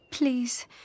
Please